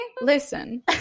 listen